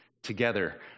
together